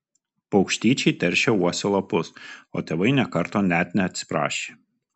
paukštyčiai teršė uosio lapus o tėvai nė karto net neatsiprašė